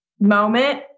moment